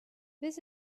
this